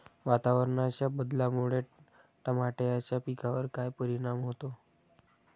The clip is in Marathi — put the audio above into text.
वातावरणाच्या बदलामुळे टमाट्याच्या पिकावर काय परिणाम होतो?